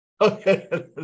Okay